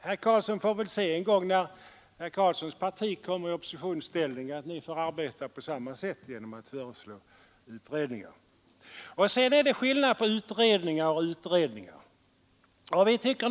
Herr Karlsson får väl se en gång när hans parti kommer i oppositionsställning att ni får arbeta på samma sätt och föreslå utredningar. Sedan är det skillnad på utredningar och utredningar.